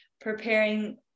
preparing